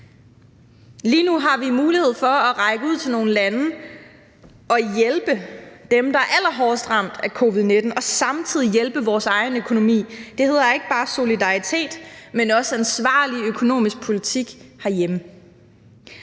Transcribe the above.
Lige nu har vi mulighed for at række ud til nogle lande og hjælpe dem, der er allerhårdest ramt af covid-19, og samtidig hjælpe vores egen økonomi. Det hedder ikke bare solidaritet, men også en ansvarlig økonomisk politik herhjemme.